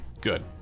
Good